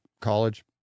college